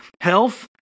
health